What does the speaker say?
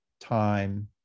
time